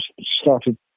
started